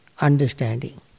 understanding